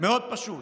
מאוד פשוט.